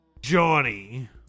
Johnny